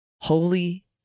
Holy